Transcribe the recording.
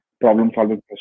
problem-solving